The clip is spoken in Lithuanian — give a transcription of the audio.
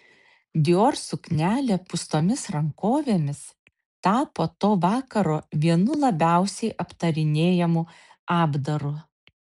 dior suknelė pūstomis rankovėmis tapo to vakaro vienu labiausiai aptarinėjamu apdaru